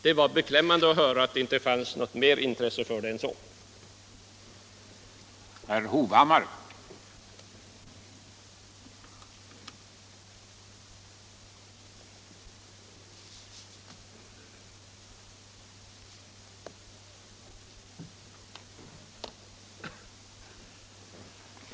Det var beklämmande att höra att det inte fanns mer intresse för den frågan än så.